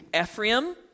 Ephraim